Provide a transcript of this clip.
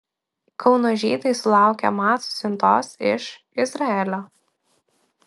kauno žydai sulaukė macų siuntos iš izraelio